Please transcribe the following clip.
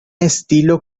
estilo